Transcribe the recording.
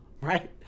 right